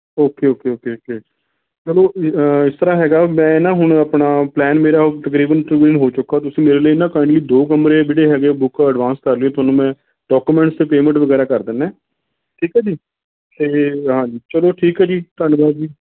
okay okay okay okay okay ਚਲੋ ਇਸ ਤਰ੍ਹਾਂ ਹੈਗਾ ਮੈਂ ਨਾ ਹੁਣ ਆਪਣਾ ਪਲੈਨ ਮੇਰਾ ਤਕਰੀਬਨ ਤਕਰੀਬਨ ਹੋ ਚੁੱਕਾ ਤੁਸੀਂ ਮੇਰੇ ਲਈ ਨਾ ਕਾਇੰਡਲੀ ਦੋ ਕਮਰੇ ਜਿਹੜੇ ਹੈਗੇ ਬੁੱਕ ਐਡਵਾਂਸ ਕਰ ਲਉ ਤੁਹਾਨੂੰ ਮੈਂ ਡਾਕੂਮੈਂਟਸ ਅਤੇ ਪੇਅਮੈਂਟ ਵਗੈਰਾ ਕਰ ਦਿੰਦਾ ਠੀਕ ਹੈ ਜੀ ਅਤੇ ਹਾਂ ਚਲੋ ਠੀਕ ਹੈ ਜੀ ਧੰਨਵਾਦ ਜੀ